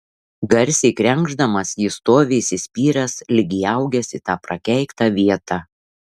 garsiai krenkšdamas jis stovi įsispyręs lyg įaugęs į tą prakeiktą vietą